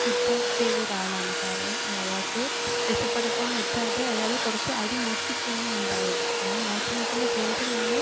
കുറ്റം ചെയ്ത ഒരാളാണ് കാരണം അയാൾക്ക് വിശപ്പടക്കാൻ പറ്റാതെ അയാൾ കുറച്ച് അരി മോഷ്ടിക്കുകയാണ് ഉണ്ടായത് ആ മോഷണത്തിൻ്റെ പേരിലാണ്